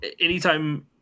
anytime